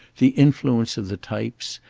the influence of the types,